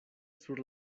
sur